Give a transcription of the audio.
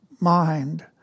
mind